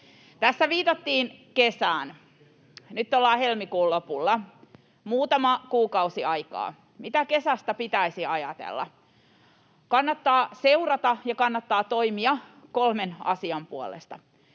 Tässä viitattiin kesään. Nyt ollaan helmikuun lopulla. Muutama kuukausi aikaa. Mitä kesästä pitäisi ajatella? Kannattaa seurata ja kannattaa toimia kolmen asian puolesta.